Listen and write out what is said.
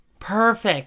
Perfect